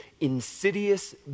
insidious